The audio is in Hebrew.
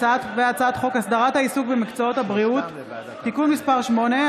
הצעת חוק הסדרת העיסוק במקצועות הבריאות (תיקון מס' 8)